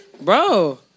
Bro